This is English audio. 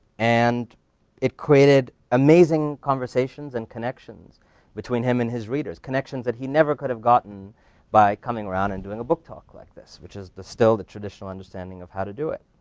and it created amazing conversations and connections between him and his readers connections that he never could've gotten by coming around and doing a book talk like this, which is still the traditional understanding of how to do it.